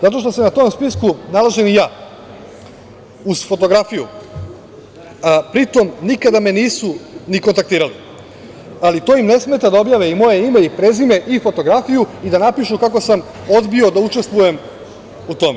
Zato što se na tom spisku nalazim i ja, uz fotografiju, pri tom nikada me nisu ni kontaktirali, ali to im ne smeta da objave i moje ime i prezime i fotografiju i da napišu kako sam odbio da učestvujem u tome.